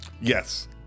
Yes